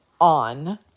on